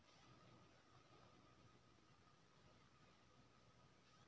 Pension योजना के लाभ किसान परिवार के मिल सके छिए?